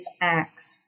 acts